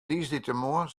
tiisdeitemoarn